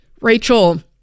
Rachel